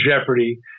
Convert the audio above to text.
jeopardy